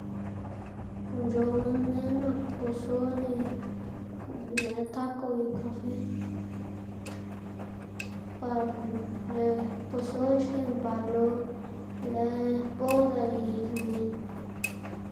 guꞌn c̲h̲ow minn neꞌg nak posol y be lë tako y kafe, par lëꞌ posol xkiꞌn par lo be lë boda y lni.